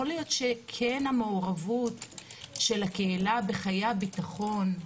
יכול להיות שכן המעורבות של הקהילה בחיי הביטחון,